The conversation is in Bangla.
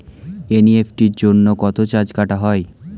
এন.ই.এফ.টি জন্য কত চার্জ কাটা হয়?